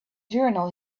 journal